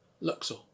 Luxor